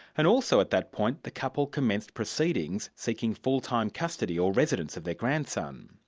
and also at that point the couple commenced proceedings seeking full-time custody or residence of their grandson.